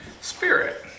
Spirit